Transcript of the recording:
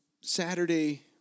Saturday